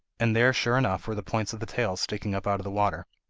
and there sure enough were the points of the tails sticking up out of the water.